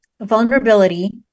vulnerability